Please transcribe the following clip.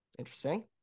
Interesting